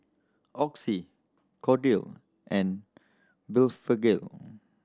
Oxy Kordel and Blephagel